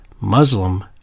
Muslim